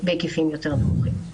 בהיקפים יותר נמוכים.